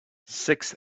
six